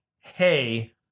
hey